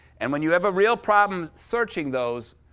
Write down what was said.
and when you have a real problem searching those,